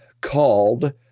called